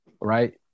right